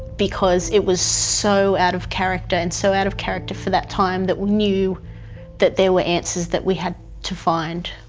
because it was so out of character, and so out of character for that time, that we knew that there were answers that we had to find.